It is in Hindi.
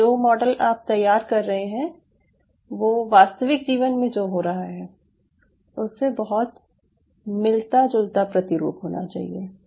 और जो मॉडल आप तैयार कर रहे हैं वो वास्तिवक जीवन में जो हो रहा है उससे बहुत मिलता जुलता प्रतिरूप होना चाहिए